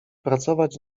pracować